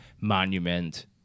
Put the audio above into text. monument